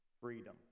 freedom